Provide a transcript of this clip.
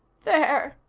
there,